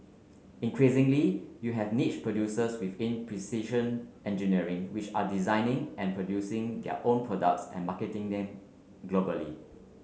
increasingly you have niche producers within precision engineering which are designing and producing their own products and marketing them globally